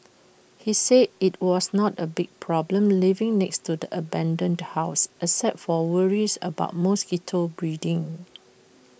he said IT was not A big problem living next to the abandoned house except for worries about mosquito breeding